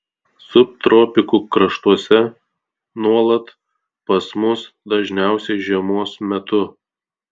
subtropikų kraštuose nuolat pas mus dažniausiai žiemos metu